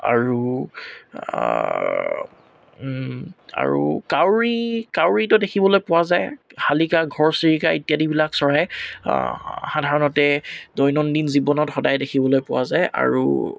আৰু আৰু কাউৰী কাউৰীত দেখিবলৈ পোৱা যায় শালিকা ঘৰচিৰিকা ইত্যাদিবিলাক চৰাই সাধাৰণতে দৈনন্দিন জীৱনত সদায় দেখিবলৈ পোৱা যায় আৰু